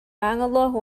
މާތްﷲ